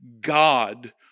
God